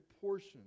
portion